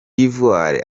ivoire